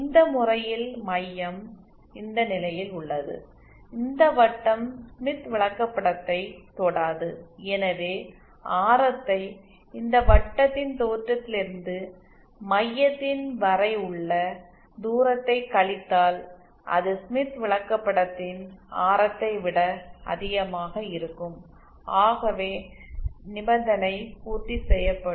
இந்த முறையில் மையம் இந்த நிலையில் உள்ளது இந்த வட்டம் ஸ்மித் விளக்கப்படத்தைத் தொடாது எனவே ஆரத்தை இந்த வட்டத்தின் தோற்றத்திலிருந்து மையத்தின் வரை உள்ள தூரத்தை கழித்தால் அது ஸ்மித் விளக்கப்படத்தின் ஆரத்தை விட அதிகமாக இருக்கும் ஆகவே நிபந்தனை பூர்த்தி செய்ய ப்படும்